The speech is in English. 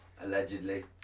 Allegedly